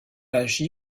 agi